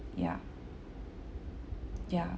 yeah yeah